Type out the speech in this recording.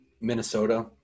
Minnesota